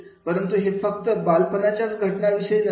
परंतु हे फक्त बालपणाच्याच घटना विषयी नसते